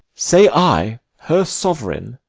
say i, her sovereign,